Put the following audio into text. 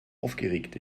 aufgeregt